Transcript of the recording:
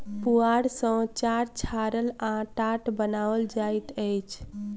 पुआर सॅ चार छाड़ल आ टाट बनाओल जाइत अछि